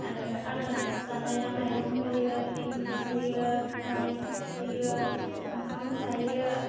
आरो आदार जानाया माइरं होयो एंखुर होयो माइ होयो ओंखाम जायो